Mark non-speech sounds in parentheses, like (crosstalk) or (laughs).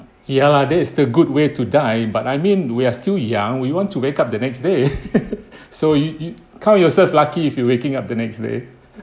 ya lah that is the good way to die but I mean we are still young we want to wake up the next day (laughs) so you you count yourself lucky if you waking up the next day